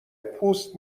پوست